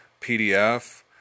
PDF